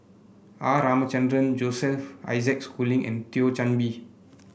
R Ramachandran Joseph Isaac Schooling and Thio Chan Bee